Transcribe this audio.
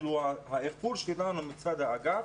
האיחור שלנו מצד האגף